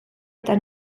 eta